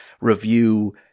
review